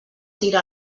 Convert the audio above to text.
tira